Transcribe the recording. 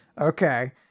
Okay